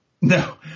No